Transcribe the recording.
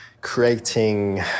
creating